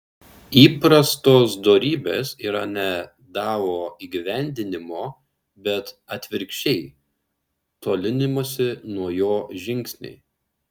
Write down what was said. įprastos dorybės yra ne dao įgyvendinimo bet atvirkščiai tolinimosi nuo jo žingsniai